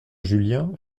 julien